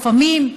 לפעמים,